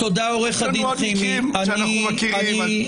יש לנו עוד מקרים שאנחנו מכירים.